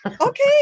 Okay